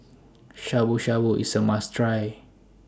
Shabu Shabu IS A must Try